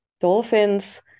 dolphins